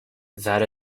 that